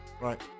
Right